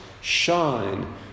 shine